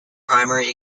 primary